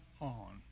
on